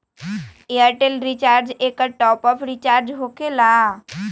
Airtel recharge एकर top off recharge होकेला?